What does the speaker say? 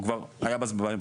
הוא כבר בדרך החוצה,